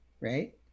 Right